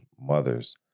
mother's